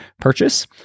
purchase